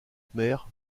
khmer